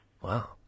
Wow